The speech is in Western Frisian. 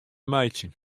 meitsjen